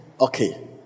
okay